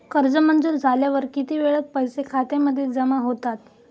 कर्ज मंजूर झाल्यावर किती वेळात पैसे खात्यामध्ये जमा होतात?